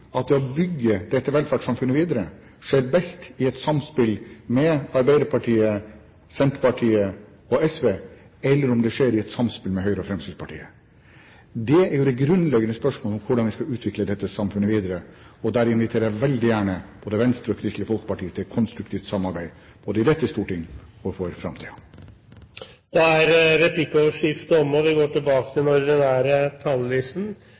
det å bygge dette velferdssamfunnet videre skjer best i et samspill med Arbeiderpartiet, Senterpartiet og SV, eller om det skjer i et samspill med Høyre og Fremskrittspartiet. Det er jo det grunnleggende spørsmålet om hvordan vi skal utvikle dette samfunnet videre, og der inviterer jeg veldig gjerne både Venstre og Kristelig Folkeparti til et konstruktivt samarbeid, både i dette stortinget og for framtiden. Replikkordskiftet er omme. Etter snart 200 år med Grunnloven, og